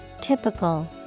typical